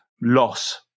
loss